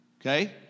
Okay